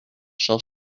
shall